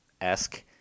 esque